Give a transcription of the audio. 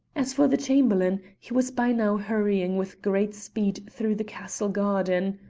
as for the chamberlain, he was by now hurrying with great speed through the castle garden.